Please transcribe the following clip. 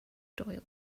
doyle